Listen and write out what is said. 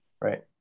Right